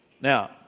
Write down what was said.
Now